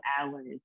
hours